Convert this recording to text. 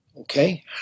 okay